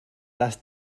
dass